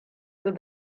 good